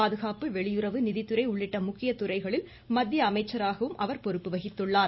பாதுகாப்பு வெளியுறவு நிதித்துறை உள்ளிட்ட முக்கிய துறைகளில் மத்திய அமைச்சராகவும் அவர் பொறுப்பு வகித்துள்ளார்